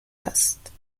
است